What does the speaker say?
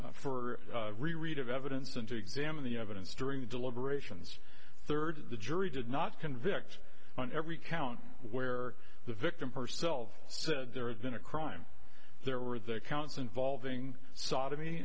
for re read of evidence and to examine the evidence during the deliberations third the jury did not convict on every count where the victim herself said there had been a crime there were the counts involving sodomy